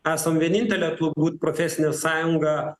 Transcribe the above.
esam vienintelė turbūt profesinė sąjunga